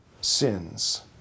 sins